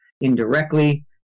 indirectly